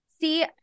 See